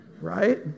Right